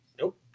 Nope